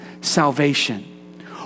salvation